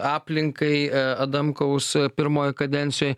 aplinkai adamkaus pirmoj kadencijoj